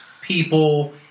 people